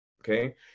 okay